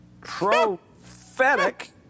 prophetic